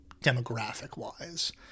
demographic-wise